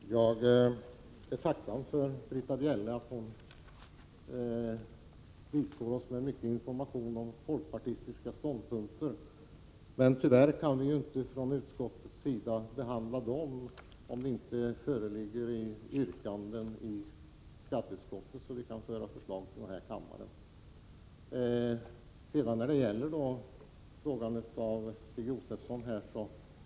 Fru talman! Jag är tacksam mot Britta Bjelle för att hon bistår oss med mycken information om folkpartistiska ståndpunkter. Tyvärr kan vi emellertid inte från utskottets sida behandla dem om det inte föreligger något yrkande i skatteutskottet, som vi i så fall kan föra fram här i kammaren. Jag vill också säga några ord med anledning av Stig Josefsons fråga.